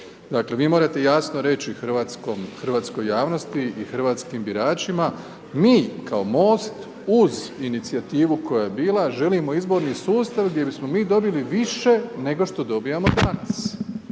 Dakle, vi morate jasno reći hrvatskoj javnosti i hrvatskim biračima, mi kao MOST uz inicijativu koja je bila želimo izborni sustav gdje bismo mi dobili više nego što dobivamo danas.